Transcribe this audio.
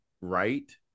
right